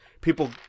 people